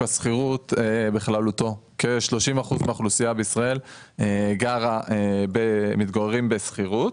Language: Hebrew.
השכירות בכללותו: כ-30% מהאוכלוסייה בישראל מתגוררת בשכירות.